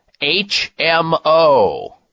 HMO